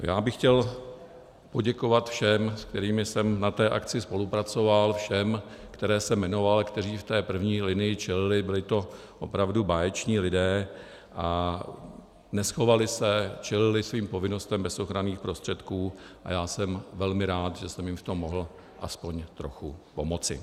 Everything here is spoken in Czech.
Já bych chtěl poděkovat všem, se kterými jsem na té akci spolupracoval, všem, které jsem jmenoval a kteří v té první linii čelili, byli to opravdu báječní lidé a neschovali se, čelili svým povinnostem bez ochranných prostředků, a já jsem velmi rád, že jsem jim v tom mohl aspoň trochu pomoci.